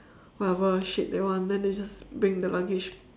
whatever shit they want and then just bring the luggage